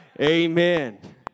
Amen